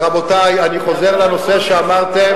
רבותי, אני חוזר לנושא שאמרתם.